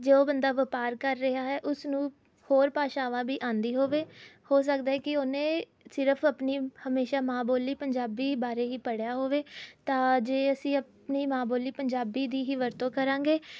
ਜੋ ਬੰਦਾ ਵਪਾਰ ਕਰ ਰਿਹਾ ਹੈ ਉਸਨੂੰ ਹੋਰ ਭਾਸ਼ਾਵਾ ਵੀ ਆਉਂਦੀ ਹੋਵੇ ਹੋ ਸਕਦਾ ਹੈ ਕਿ ਉਹਨੇ ਸਿਰਫ਼ ਆਪਣੀ ਹਮੇਸ਼ਾ ਮਾਂ ਬੋਲੀ ਪੰਜਾਬੀ ਬਾਰੇ ਹੀ ਪੜ੍ਹਿਆ ਹੋਵੇ ਤਾਂ ਜੇ ਅਸੀਂ ਆਪਣੀ ਮਾਂ ਬੋਲੀ ਪੰਜਾਬੀ ਦੀ ਹੀ ਵਰਤੋਂ ਕਰਾਂਗੇ